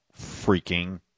freaking